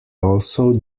also